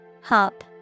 Hop